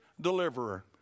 deliverer